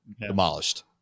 demolished